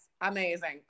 amazing